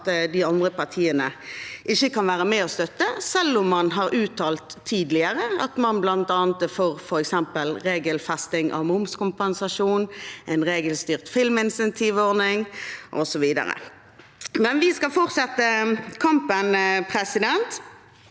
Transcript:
at de andre partiene ikke kan være med på å støtte, selv om man har uttalt tidligere at man bl.a. er for regelfesting av momskompensasjonen, en regelstyrt filminsentivordning, osv. Men vi skal fortsette kampen. Sist,